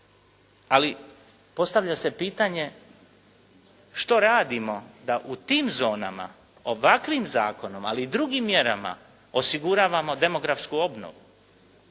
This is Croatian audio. Ali postavlja se pitanje što radimo da u tim zonama ovakvim zakonom, ali i drugim mjerama osiguravamo demografsku obnovu,